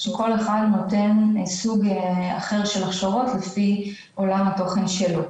שכרגע יש לנו רק ברשות החדשנות כ-1,700 מוכשרים,